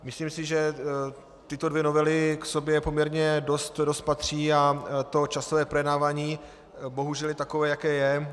Myslím si, že tyto dvě novely k sobě poměrně dost patří, a to časové projednávání bohužel je takové, jaké je.